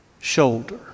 shoulder